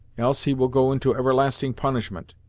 else he will go into everlasting punishment.